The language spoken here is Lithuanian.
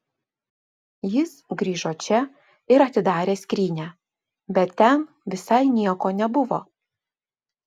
jis grįžo čia ir atidarė skrynią bet ten visai nieko nebuvo